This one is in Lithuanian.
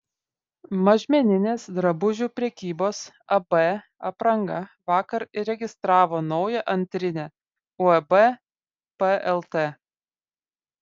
mažmeninės drabužių prekybos ab apranga vakar įregistravo naują antrinę uab plt